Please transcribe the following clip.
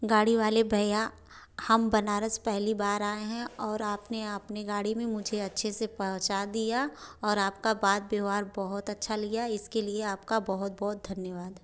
गाड़ी वाले भैया हम बनारस पहली बार आएँ हैं और अपनी आपनी गाड़ी में मुझे अच्छे से पहुँचा दिया और आपका बात व्यवहार बहुत अच्छा लिया इसके लिए आपका बहुत बहुत धन्यवाद